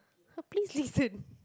the place is in